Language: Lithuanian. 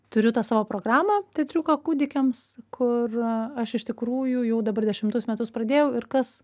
turiu tą savo programą teatriuką kūdikiams kur aš iš tikrųjų jau dabar dešimtus metus pradėjau ir kas